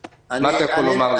מה אתה יכול לומר לי?